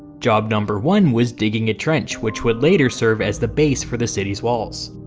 job number one was digging a trench, which would later serve as the base for the city's walls.